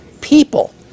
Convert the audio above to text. people